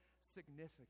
significant